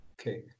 okay